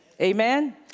Amen